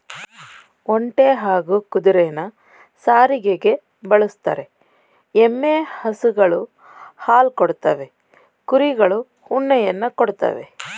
ಒಂಟೆ ಹಾಗೂ ಕುದುರೆನ ಸಾರಿಗೆಗೆ ಬಳುಸ್ತರೆ, ಎಮ್ಮೆ ಹಸುಗಳು ಹಾಲ್ ಕೊಡ್ತವೆ ಕುರಿಗಳು ಉಣ್ಣೆಯನ್ನ ಕೊಡ್ತವೇ